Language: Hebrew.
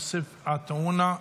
יוסף עטאונה,